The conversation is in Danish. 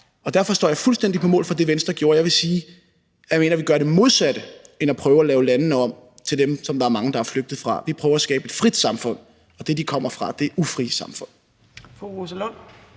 Og derfor står jeg fuldstændig på mål for det, Venstre gjorde, og jeg vil sige, at jeg mener, vi gør det modsatte af at prøve at lave landet om til dem, som der er mange der er flygtet fra. Vi prøver at skabe et frit samfund, og det, de kommer fra, er ufrie samfund.